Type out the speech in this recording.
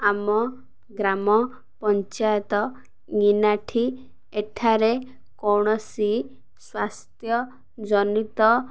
ଆମ ଗ୍ରାମ ପଞ୍ଚାୟତ ନିନାଠି ଏଠାରେ କୌଣସି ସ୍ୱାସ୍ଥ୍ୟ ଜନିତ